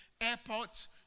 airports